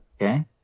Okay